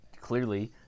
clearly